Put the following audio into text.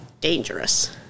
dangerous